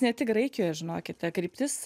ne tik graikijoje žinokite kryptis